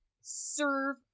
serve